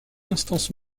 instance